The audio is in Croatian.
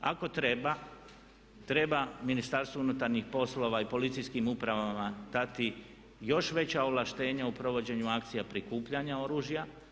Ako treba treba Ministarstvu unutarnjih poslova i policijskim upravama dati još veća ovlaštenja u provođenju akcija prikupljanja oružja.